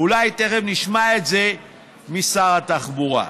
אולי תכף נשמע את זה משר התחבורה.